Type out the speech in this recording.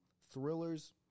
Thrillers